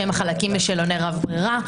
שהם החלקים בשאלוני רב-ברירה,